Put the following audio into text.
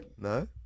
no